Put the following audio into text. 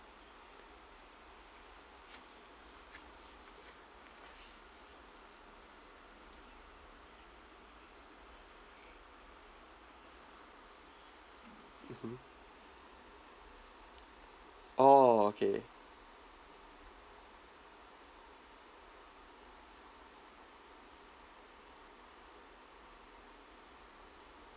mmhmm oh okay